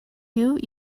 you